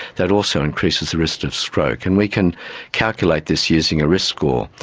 that also increases the risk of stroke. and we can calculate this using a risk score.